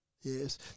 yes